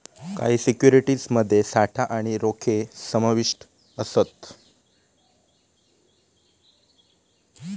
काही सिक्युरिटीज मध्ये साठा आणि रोखे समाविष्ट असत